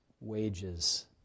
wages